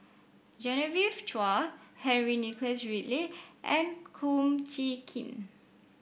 Genevieve Chua Henry Nicholas Ridley and Kum Chee Kin